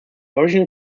original